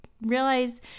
realize